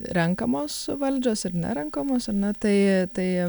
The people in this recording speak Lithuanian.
renkamos valdžios ir nerenkamos ar ne tai tai